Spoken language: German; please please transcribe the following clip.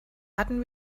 hatten